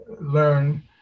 learn